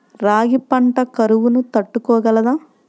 రాగి పంట కరువును తట్టుకోగలదా?